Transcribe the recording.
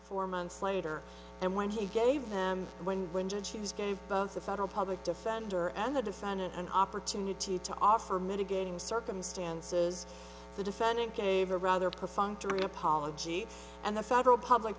four months later and when he gave them one when she was gave both the federal public defender and the defendant an opportunity to offer mitigating circumstances the defendant gave a rather perfunctory apology and the federal public